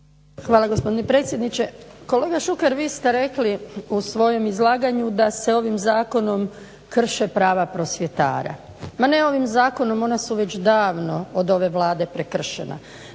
Hvala gospodine predsjedniče. Kolega Šuker, vi ste rekli u svojem izlaganju da se ovim zakonom kruže prava prosvjetara. Ma ne ovim zakonom, ona su već davno od ove Vlade prekršena.